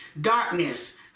darkness